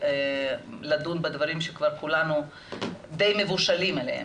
לדון בדברים שכבר כולנו די "מבושלים" עליהם.